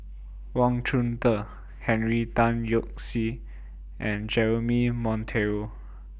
Wang Chunde Henry Tan Yoke See and Jeremy Monteiro